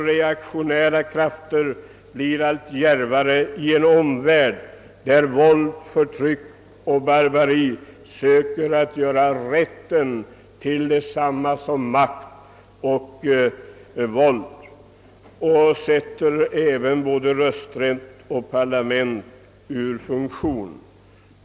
Reaktionära krafter blir allt djärvare i en omvärld, där våld, förtryck och barbari söker göra rätten till detsamma som makt och våld och sätter både rösträtt och parlament ur funktion.